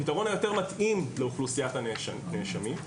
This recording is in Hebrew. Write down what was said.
הפתרון היותר מתאים לאוכלוסיית הנאשמים,